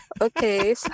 Okay